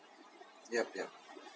yup yup